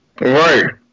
right